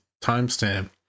timestamp